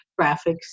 graphics